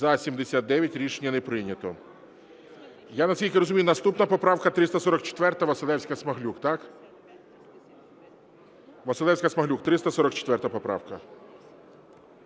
За-79 Рішення не прийнято. Я наскільки розумію, наступна поправка 344, Василевська-Смаглюк, так? Василевська-Смаглюк, 344 поправка.